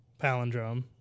palindrome